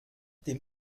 dem